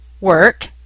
work